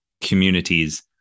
communities